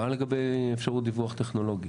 מה לגבי אפשרות דיווח טכנולוגי.